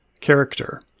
character